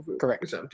Correct